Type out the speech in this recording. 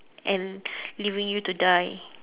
and leaving you to die